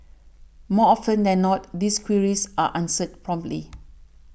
more often than not these queries are answered promptly